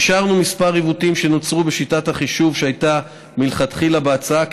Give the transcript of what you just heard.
יישרנו כמה עיוותים שנוצרו בשיטת החישוב שהייתה מלכתחילה בהצעה,